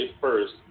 first